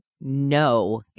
no